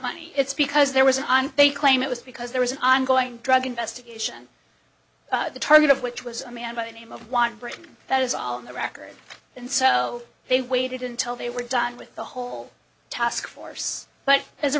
money it's because there was an they claim it was because there was an ongoing drug investigation the target of which was a man by the name of one briton that is all on the record and so they waited until they were done with the whole task force but as a